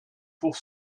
pour